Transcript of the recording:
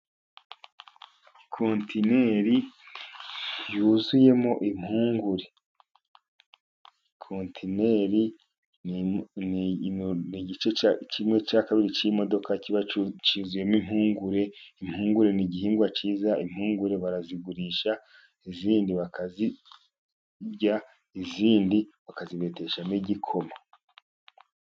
Kontineri yuzuyemo impungure; Kontineri ni kimwe cya kabiri cy'imodoka kiba cyuzuyemo impungure. Impungure ni igihingwa cyiza, impungure barazigurisha izindi bakazirya, izindi bakazibeteshamo igikoma.